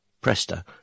Prester